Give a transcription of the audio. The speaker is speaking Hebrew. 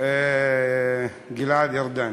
גלעד ארדן,